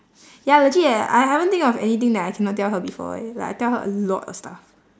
ya legit eh I haven't think of anything that I cannot tell her before eh like I tell her a lot of stuff